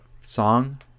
song